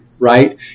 right